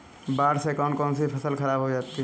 बाढ़ से कौन कौन सी फसल खराब हो जाती है?